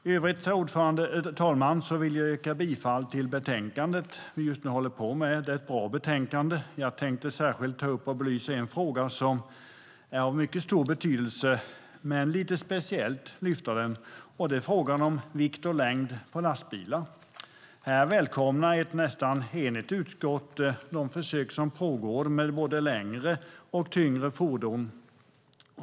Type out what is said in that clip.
I övrigt, herr talman, vill jag yrka bifall till förslaget i det betänkande vi just nu håller på med. Det är ett bra betänkande. Jag tänkte särskilt belysa en fråga som är av mycket stor betydelse. Det är frågan om vikt och längd på lastbilar. Här välkomnar ett nästan enigt utskott de försök som pågår med både längre och tyngre fordon.